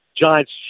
Giants